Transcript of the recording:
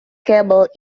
cable